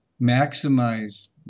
maximize